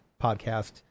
podcast